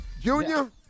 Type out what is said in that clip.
Junior